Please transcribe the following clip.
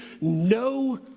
no